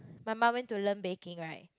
my mom went to learn baking right